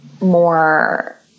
more